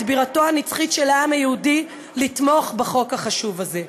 בירתו הנצחית של העם היהודי לתמוך בחוק החשוב הזה.